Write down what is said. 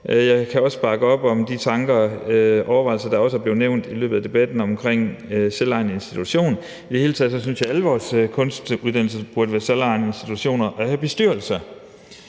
Jeg kan også bakke op om de tanker og overvejelser, der også er blevet nævnt i løbet af debatten om selvejende institutioner, og i det hele taget synes jeg, alle vores kunstuddannelser burde være selvejende institutioner og have bestyrelser.